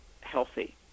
healthy